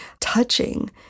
touching